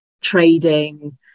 trading